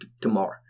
tomorrow